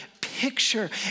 picture